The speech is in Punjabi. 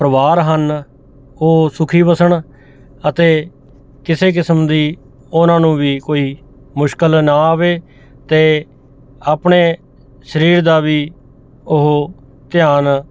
ਪਰਿਵਾਰ ਹਨ ਉਹ ਸੁਖੀ ਵੱਸਣ ਅਤੇ ਕਿਸੇ ਕਿਸਮ ਦੀ ਉਹਨਾਂ ਨੂੰ ਵੀ ਕੋਈ ਮੁਸ਼ਕਿਲ ਨਾ ਆਵੇ ਅਤੇ ਆਪਣੇ ਸਰੀਰ ਦਾ ਵੀ ਉਹ ਧਿਆਨ